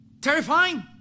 terrifying